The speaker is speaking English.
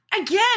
again